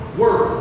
work